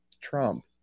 Trump